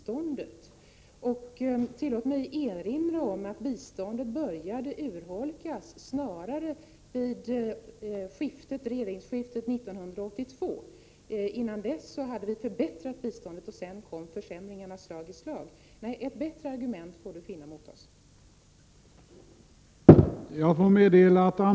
Tillåt mig påminna om att biståndet snarare började urholkas vid regeringsskiftet 1982. Innan dess hade vi förbättrat biståndet. Sedan kom försämringarna slag i slag. Nej, ett bättre argument får Axel Andersson finna mot oss.